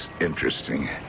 interesting